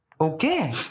Okay